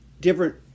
Different